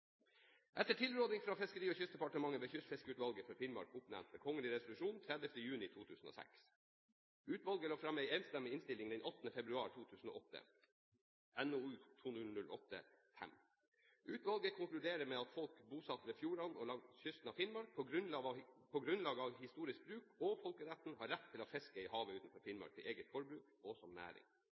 Etter tilråding fra Fiskeri- og kystdepartementet ble Kystfiskeutvalget for Finnmark oppnevnt ved kgl. resolusjon 30. juni 2006. Utvalget la fram en enstemmig innstilling den 18. februar 2008, NOU 2008: 5. Utvalget konkluderer med at folk bosatt ved fjordene og langs kysten av Finnmark, på grunnlag av historisk bruk og folkeretten, har rett til å fiske i havet utenfor Finnmark til eget forbruk og som næring.